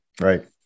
right